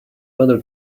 other